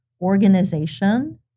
organization